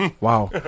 Wow